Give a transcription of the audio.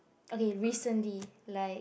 okay recently like